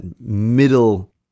middle